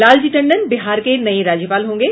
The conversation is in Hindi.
लालजी टंडन बिहार के नये राज्यपाल होंगे